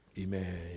Amen